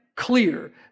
clear